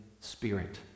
spirit